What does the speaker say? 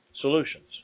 solutions